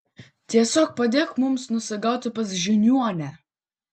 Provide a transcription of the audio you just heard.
tiesiog padėk mums nusigauti pas žiniuonę